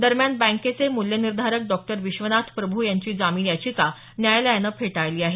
दरम्यान बँकेचे मूल्यनिर्धारक डॉक्टर विश्वनाथ प्रभू यांची जामीन याचिका न्यायालयानं फेटाळली आहे